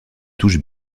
touches